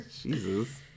Jesus